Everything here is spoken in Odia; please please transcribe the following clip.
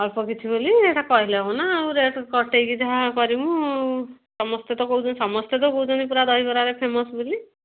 ଅଳ୍ପ କିଛି ବୋଲି ସେଇଟା କହିଲେ ହେବ ନା ରେଟ୍ କଟାଇକି ଯାହା କରିବୁ ସମସ୍ତେ ତ କହୁଛନ୍ତି ସମସ୍ତେ ତ କହୁଛନ୍ତି ପୁରା ଦହିବରାରେ ଫେମସ୍ ବୋଲି